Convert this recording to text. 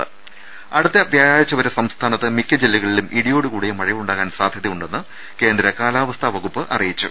രുഭ അടുത്ത വ്യാഴാഴ്ച വരെ സംസ്ഥാനത്ത് മിക്ക ജില്ലകളിലും ഇടിയോടുകൂടിയ മഴയുണ്ടാകാൻ സാധ്യതയുണ്ടെന്ന് കേന്ദ്രകാലാവസ്ഥാ വകുപ്പ് അറിയിച്ചു